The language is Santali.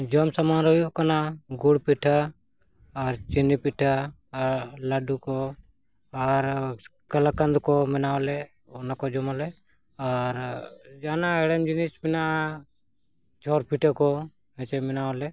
ᱡᱚᱢ ᱥᱟᱢᱟᱱ ᱨᱮ ᱦᱩᱭᱩᱜ ᱠᱟᱱᱟ ᱜᱩᱲ ᱯᱤᱴᱷᱟᱹ ᱟᱨ ᱪᱤᱱᱤ ᱯᱤᱴᱷᱟᱹ ᱟᱨ ᱞᱟᱹᱰᱩ ᱠᱚ ᱟᱨ ᱠᱟᱞᱟᱠᱟᱱᱫ ᱠᱚ ᱢᱟᱱᱟᱣᱟᱞᱮ ᱚᱱᱟ ᱠᱚ ᱡᱚᱢᱟᱞᱮ ᱟᱨ ᱡᱟᱦᱟᱱᱟᱜ ᱦᱮᱲᱮᱢ ᱡᱤᱱᱤᱥ ᱢᱮᱱᱟᱜᱼᱟ ᱪᱷᱚᱨ ᱯᱤᱴᱷᱟᱹ ᱠᱚ ᱦᱮᱸᱪᱮ ᱵᱮᱱᱟᱣ ᱞᱮ